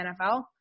NFL